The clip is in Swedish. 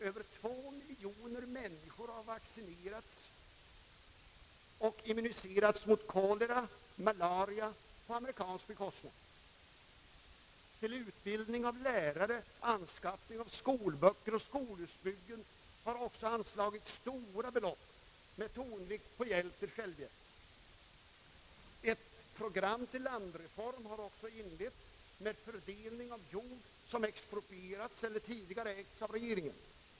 Över 2 miljoner människor har vaccinerats och immuniserats mot kolera och malaria på amerikansk bekostnad. Till utbildning av lärare, anskaffning av skolböcker och skolhusbyggen har också anslagits stora belopp, med tonvikt på hjälp till självhjälp. Ett program för landreform har också inletts med fördelning av jord som exproprierats eller tidigare ägts av regeringen.